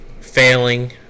failing